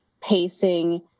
pacing